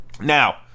Now